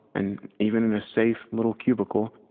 and even in a safe, little cubicle,